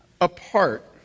apart